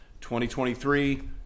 2023